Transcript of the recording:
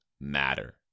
matter